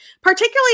particularly